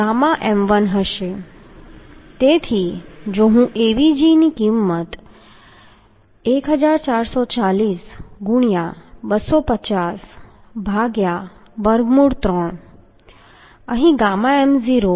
તેથી જો હું Avg ની કિંમત 1440 ગુણ્યાં 250 ભાગ્યા વર્ગમૂળ 3 ગામા m0 1